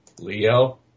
Leo